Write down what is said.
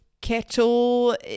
Kettle